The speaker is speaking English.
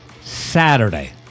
Saturday